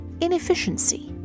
inefficiency